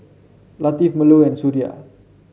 Latif Melur and Suria